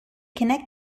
connect